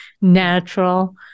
natural